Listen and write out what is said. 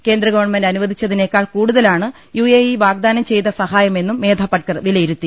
കേന്ദ്രഗവൺമെന്റ് അനുവദിച്ചതിനേക്കാൾ കൂടുതലാണ് U A E വാഗ്ദാനം ചെയ്ത സഹായ മെന്നും മേധാപട്കർ വിലയിരുത്തി